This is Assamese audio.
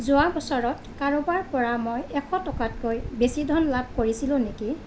যোৱা বছৰত কাৰোবাৰ পৰা মই এশ টকাতকৈ বেছি ধন লাভ কৰিছিলোঁ নেকি